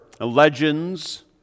legends